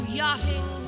yachting